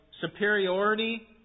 superiority